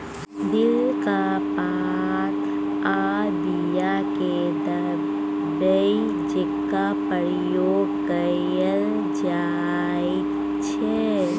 दिलक पात आ बीया केँ दबाइ जकाँ प्रयोग कएल जाइत छै